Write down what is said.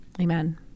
Amen